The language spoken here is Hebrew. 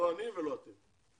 לא אני ולא אתם.